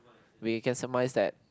we can surmise that